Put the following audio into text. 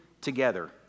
together